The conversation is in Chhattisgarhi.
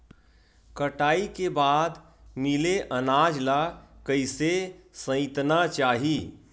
कटाई के बाद मिले अनाज ला कइसे संइतना चाही?